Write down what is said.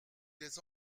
des